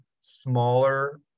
smaller